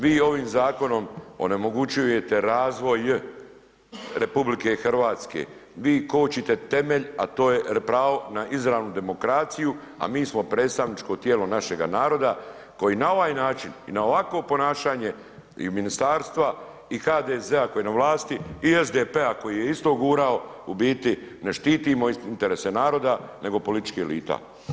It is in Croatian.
Vi ovim zakonom onemogućujete razvoj RH, vi kočite temelj a to je pravo na izravnu demokraciju a mi smo predstavničko tijelo našega naroda koji na ovaj način i na ovakvo ponašanje i ministarstva i HDZ-a koji je na vlasti i SDP-a koji je isto gurao, u biti ne štitimo interese naroda nego političkih elita.